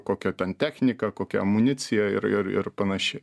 kokia ten technika kokia amunicija ir ir ir panašiai